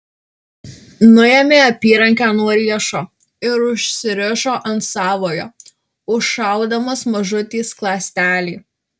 nuėmė apyrankę nuo riešo ir užsirišo ant savojo užšaudamas mažutį skląstelį